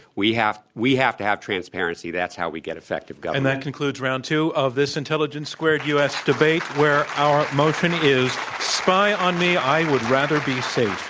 we have we have to have transparency. that's how we get effective government. and that concludes round two of this intelligence squared u. s. debate where our motion is spy on me, i would rather be safe.